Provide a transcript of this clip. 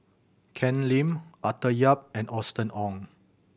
Ken Lim Arthur Yap and Austen Ong